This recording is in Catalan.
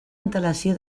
antelació